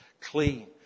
clean